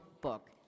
book